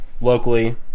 locally